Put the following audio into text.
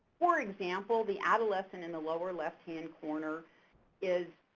for example, the adolescent in the lower left hand corner is